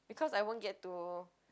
because I won't get to